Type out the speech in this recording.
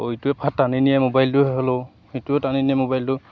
আৰু ইটোৱে টানি নিয়ে মোবাইলটো হ'লেও সিটোৱেও টানি নিয়ে মোবাইলটো